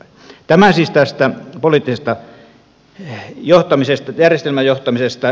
tämä siis tästä poliittisen järjestelmän johtamisesta